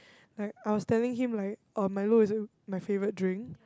like I was telling him like oh Milo is my favourite drink